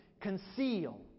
conceal